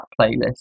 playlist